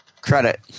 credit